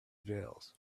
veils